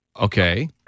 Okay